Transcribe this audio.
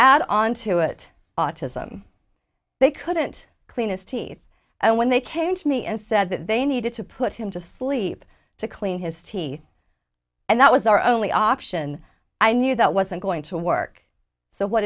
add on to it autism they couldn't clean his teeth when they came to me and said that they needed to put him to sleep to clean his teeth and that was our only option i knew that wasn't going to work so what